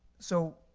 so,